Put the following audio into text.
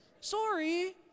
sorry